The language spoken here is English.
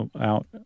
out